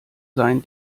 sein